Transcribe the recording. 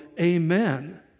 amen